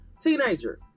teenager